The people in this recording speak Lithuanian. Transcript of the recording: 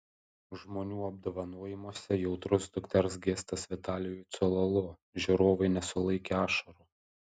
žmonių apdovanojimuose jautrus dukters gestas vitalijui cololo žiūrovai nesulaikė ašarų